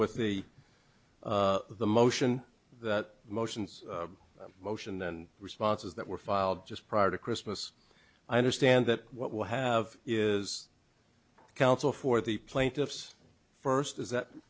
with the the motion the motions motion and responses that were filed just prior to christmas i understand that what we have is counsel for the plaintiffs first is that